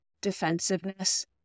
defensiveness